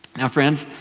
now friends,